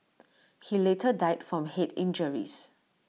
he later died from Head injuries